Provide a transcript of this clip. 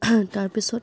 তাৰপিছত